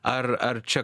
ar ar čia